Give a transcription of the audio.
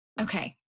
Okay